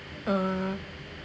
uh